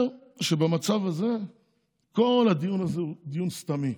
שבמצב הזה כל הדיון הזה הוא דיון סתמי.